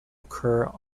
occur